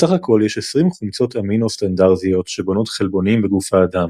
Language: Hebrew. בסך הכל יש 20 חומצות אמינו סטנדרטיות שבונות חלבונים בגוף האדם.